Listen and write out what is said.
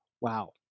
Wow